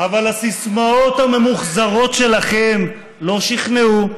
אבל הסיסמאות הממוחזרות שלכם לא שכנעו,